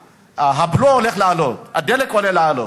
שהבלו הולך לעלות, שהדלק הולך לעלות.